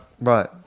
Right